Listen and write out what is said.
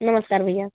नमस्कार भैया